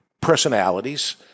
personalities